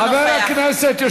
(קוראת בשמות חברי הכנסת)